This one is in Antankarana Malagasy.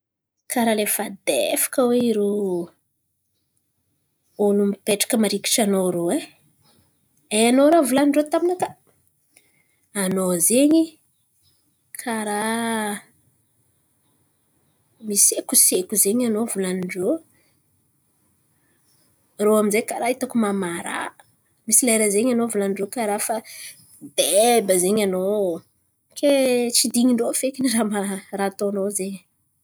Karà lefadefaka oe irô olo mipetraka marikitry anao rô e. Hainao raha volan̈in-drô taminakà? Anao zen̈y karà misekoseko zen̈y anao volan̈in-drô. Rô aminjay karà hitako mamaraha. Misy lera zen̈y volan̈in-drô karà fa deba zen̈y anao. Ke tsy din̈in-drô feky ama- raha ataonao zen̈y.